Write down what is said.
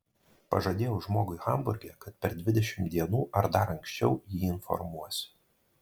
pažadėjau žmogui hamburge kad per dvidešimt dienų ar dar anksčiau jį informuosiu